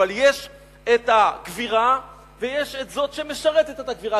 אבל יש את הגבירה ויש את זאת שמשרתת את הגבירה.